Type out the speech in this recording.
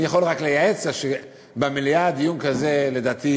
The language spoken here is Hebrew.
אני יכול רק לייעץ לה שבמליאה דיון כזה, לדעתי